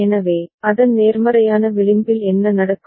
எனவே அதன் நேர்மறையான விளிம்பில் என்ன நடக்கும்